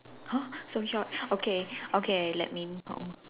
!huh! so short okay okay let me